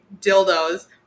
dildos